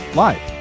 live